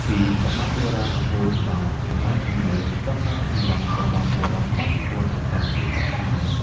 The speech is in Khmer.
ពីសម័យបុរាណរហូតដល់សម័យទំនើប ស្តង់ដារសម្រស់របស់បុរសបានវិវត្តន៍ទៅតាមយុគសម័យ។